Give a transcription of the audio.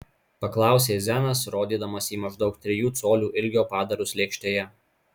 paklausė zenas rodydamas į maždaug trijų colių ilgio padarus lėkštėje